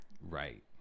Right